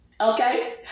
Okay